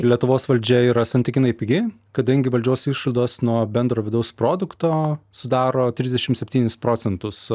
lietuvos valdžia yra santykinai pigi kadangi valdžios išlaidos nuo bendro vidaus produkto sudaro trisdešimt septynis procentus